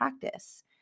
practice